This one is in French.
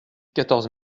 quatorze